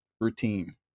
routine